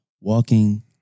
walking